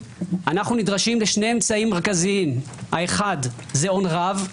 אנו נדרשים לשני אמצעים מרכזיים: האחד זה הון רב,